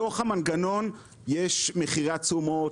בתוך המנגנון יש את מחירי התשומות,